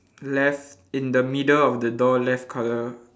left in the middle of the door left colour